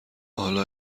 حالا